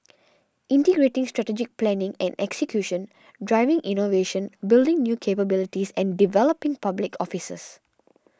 integrating strategic planning and execution driving innovation building new capabilities and developing public officers